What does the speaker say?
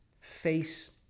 face